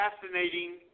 fascinating